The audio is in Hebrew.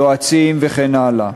יועצים וכן הלאה,